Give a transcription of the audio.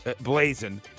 blazing